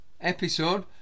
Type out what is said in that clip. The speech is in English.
episode